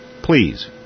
Please